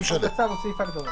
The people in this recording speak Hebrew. בקריאה: